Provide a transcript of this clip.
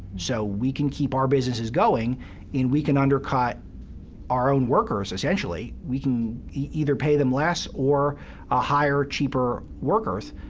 so we can keep our businesses going and we can undercut our own workers, essentially. we can either pay them less or ah hire cheaper workers,